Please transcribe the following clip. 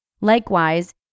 Likewise